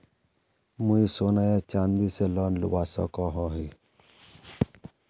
मुई सोना या चाँदी से लोन लुबा सकोहो ही?